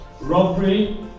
Robbery